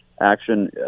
action